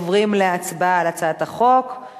עוברים להצבעה על הצעת החוק,